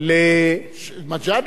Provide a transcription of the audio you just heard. לא